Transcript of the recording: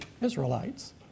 Israelites